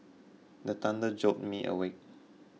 the thunder jolt me awake